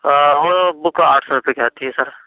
وہ بک آٹھ سو روپے کی آتی ہے سر